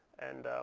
and